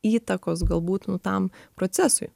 įtakos galbūt nu tam procesui